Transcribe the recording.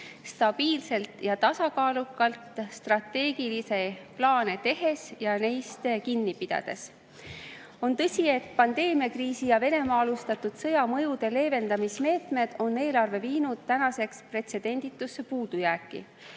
stabiilselt ja tasakaalukalt, strateegilisi plaane tehes ja neist kinni pidades. On tõsi, et pandeemiakriisi ja Venemaa alustatud sõja mõjude leevendamise meetmed on viinud eelarve tänaseks pretsedenditusse puudujääki.